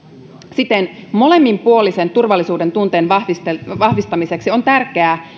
siten molemminpuolisen turvallisuudentunteen vahvistamiseksi vahvistamiseksi on tärkeää